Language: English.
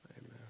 Amen